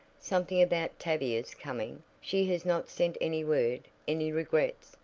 something about tavia's coming. she has not sent any word any regrets,